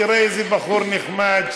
תראה איזה בחור נחמד,